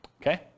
Okay